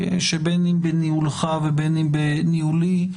שבין אם בניהולך ובין אם בניהולי,